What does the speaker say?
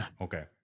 Okay